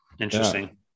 Interesting